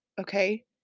Okay